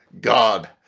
God